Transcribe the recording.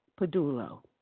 Padulo